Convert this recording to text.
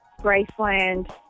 Graceland